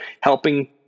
helping